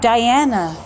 Diana